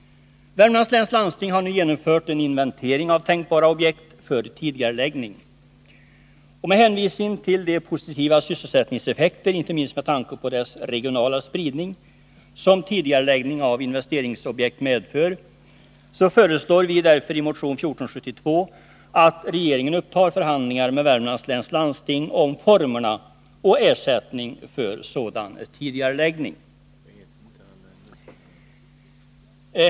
Värmlands läns landsting har nu genomfört en inventering av tänkbara objekt för tidigareläggning. Med hänvisning till de positiva sysselsättningseffekter — inte minst med tanke på deras regionala spridning — som tidigareläggning av investeringsobjekt medför föreslår vi därför i motion 1472 att regeringen upptar förhandlingar med Värmlands läns landsting om formerna och ersättning för sådan tidigareläggning.